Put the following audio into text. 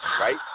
right